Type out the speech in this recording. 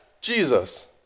Jesus